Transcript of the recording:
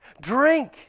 Drink